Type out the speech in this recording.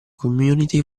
community